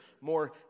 more